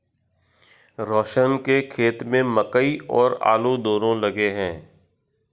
रोशन के खेत में मकई और आलू दोनो लगे हैं